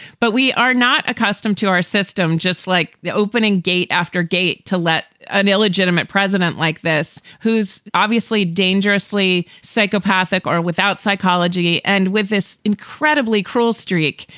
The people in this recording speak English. but we are not accustomed to our system, just like the opening gate after gate to let an illegitimate president like this who's obviously dangerously psychopathic or without psychology and with this incredibly cruel streak.